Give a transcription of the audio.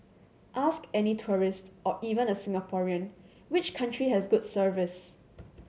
ask any tourist or even a Singaporean which country has good service